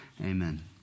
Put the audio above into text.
amen